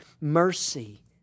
mercy